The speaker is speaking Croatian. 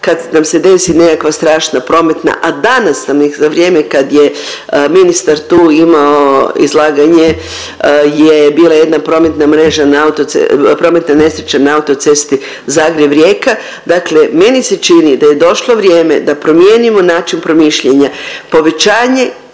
kad nam se desi nekakva strašna prometna, a danas sam ih za vrijeme kad ministar tu imamo izlaganje je bila prometna mreža na autocest… prometna nesreća na autocesti Zagreb-Rijeka. Dakle, meni se čini da je došlo vrijeme da promijenimo način promišljanja. Povećanje